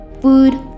food